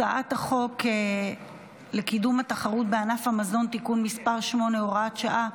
הצעת החוק לקידום התחרות בענף המזון (תיקון מס' 8 והוראת שעה),